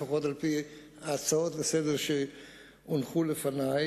לפחות על-פי ההצעות לסדר-היום